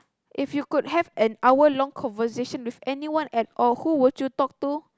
if you could have an hour long conversation with anyone at all who would you talk to